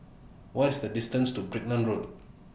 What IS The distance to Brickland Road